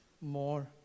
more